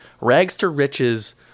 rags-to-riches